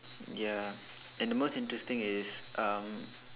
ya and the most interesting is um